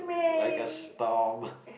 like a storm